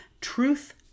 Truth